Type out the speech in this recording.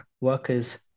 workers